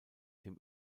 dem